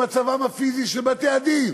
למצבם הפיזי של בתי-הדין.